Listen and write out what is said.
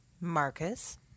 Marcus